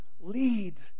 lead